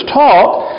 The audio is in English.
taught